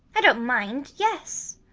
i don't mind. yes.